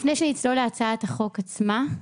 לפני שנצלול להצעת החוק עצמה,